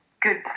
good